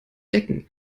decken